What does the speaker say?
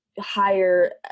higher